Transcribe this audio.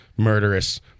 Murderous